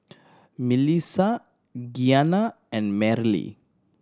Milissa Giana and Merrilee